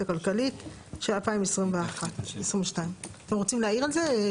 הכלכלית של 2021-2022. אתם רוצים להעיר על זה?